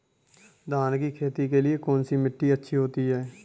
धान की खेती के लिए कौनसी मिट्टी अच्छी होती है?